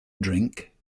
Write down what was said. drink